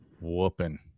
whooping